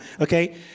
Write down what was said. okay